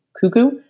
cuckoo